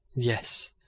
yes,